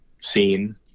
seen